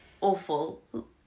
awful